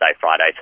Friday